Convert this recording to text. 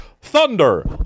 thunder